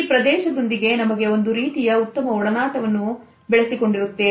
ಈ ಪ್ರದೇಶದೊಂದಿಗೆ ನಮಗೆ ಒಂದು ರೀತಿಯ ಉತ್ತಮ ಒಡನಾಟವನ್ನು ಬೆಳೆಸಿಕೊಂಡಿರುತ್ತದೆ